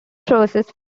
process